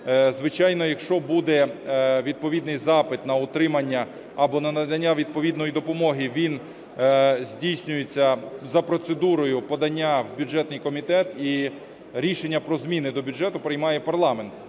Звичайно, якщо буде відповідний запит на утримання або надання відповідної допомоги, він здійснюється за процедурою подання в бюджетний комітет, і рішення про зімни до бюджету приймає парламент,